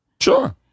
Sure